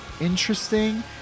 interesting